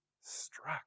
struck